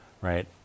right